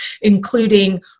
including